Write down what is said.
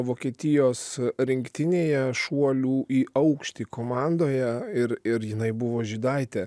vokietijos rinktinėje šuolių į aukštį komandoje ir ir jinai buvo žydaitė